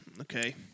okay